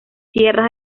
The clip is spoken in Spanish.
sierras